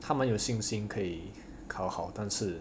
他们有信心可以考好但是